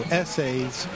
essays